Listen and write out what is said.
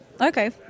Okay